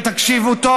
ותקשיבו טוב,